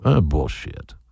bullshit